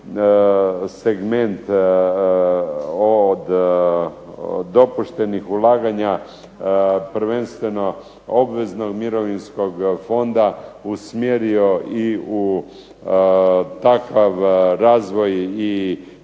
segment od dopuštenih ulaganja prvenstveno obveznog mirovinskog fonda usmjerio i u takav razvoj i